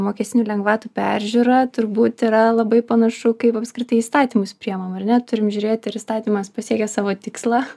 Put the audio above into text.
mokestinių lengvatų peržiūrą turbūt yra labai panašu kaip apskritai įstatymus priimam ar ne turim žiūrėti ar įstatymas pasiekė savo tikslą